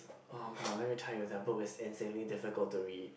oh-god let me tell you that book is insanely difficult to read